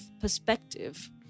perspective